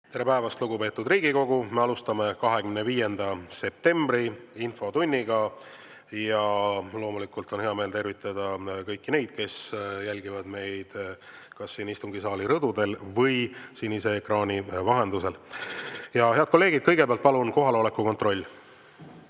Tere päevast, lugupeetud Riigikogu! Me alustame 25. septembri infotundi. Loomulikult on hea meel tervitada kõiki, kes jälgivad meid kas siin istungisaali rõdudel või sinise ekraani vahendusel. Head kolleegid, kõigepealt palun kohaloleku kontroll!